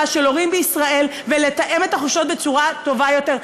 של הורים בישראל ולתאם את החופשות בצורה טובה יותר.